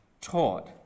taught